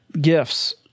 gifts